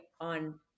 on